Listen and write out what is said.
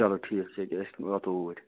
چلو ٹھیٖک چھُ یہِ کیٛاہ أسۍ واتو اوٗرۍ